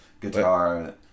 guitar